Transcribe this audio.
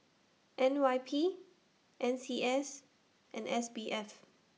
N Y P N C S and S B F